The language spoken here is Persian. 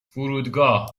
فرودگاه